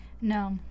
No